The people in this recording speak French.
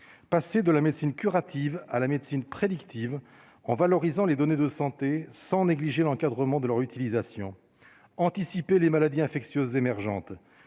passer de la médecine curative à la médecine prédictive en valorisant les données de santé sans négliger l'encadrement de leur utilisation, anticiper les maladies infectieuses émergentes,